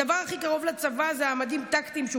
הדבר הכי קרוב לצבא זה המדים הטקטיים שהוא